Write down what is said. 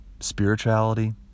spirituality